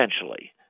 essentially